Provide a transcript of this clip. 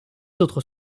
autres